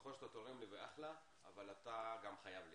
נכון שאתה תורם לי, אחלה, אבל אתה גם חייב לי.